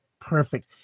perfect